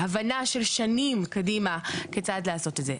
הבנה של שנים קדימה כיצד לעשות את זה.